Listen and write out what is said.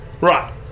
Right